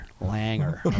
Langer